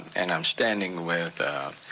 and i'm standing with a.